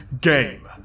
game